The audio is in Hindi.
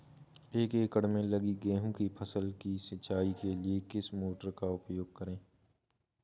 एक एकड़ में लगी गेहूँ की फसल की सिंचाई के लिए किस मोटर का उपयोग करें?